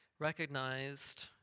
recognized